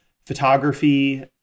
photography